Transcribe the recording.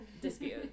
dispute